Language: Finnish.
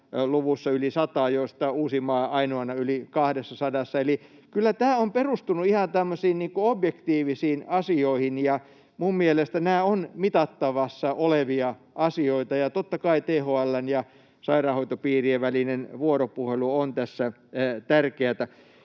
sairaanhoitopiiriä, joista Uusimaa ainoana yli 200:ssa. Eli kyllä tämä on perustunut ihan tämmöisiin objektiivisiin asioihin, ja minun mielestäni nämä ovat mitattavassa olevia asioita. Totta kai THL:n ja sairaanhoitopiirien välinen vuoropuhelu on tässä tärkeätä.